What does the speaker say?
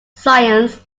science